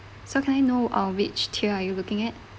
so can I know uh which tier are you looking at